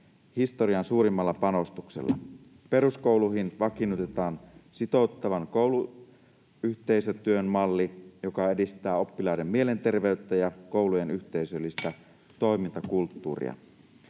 historian suurimmalla panostuksella. Peruskouluihin vakiinnutetaan sitouttavan kouluyhteisötyön malli, joka edistää oppilaiden mielenterveyttä ja koulujen yhteisöllistä toimintakulttuuria.